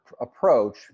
approach